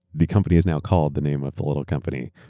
the company is now called the name of a little company.